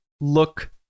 look